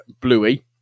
Bluey